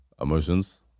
emotions